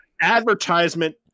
advertisement